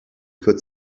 could